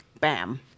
bam